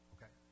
Okay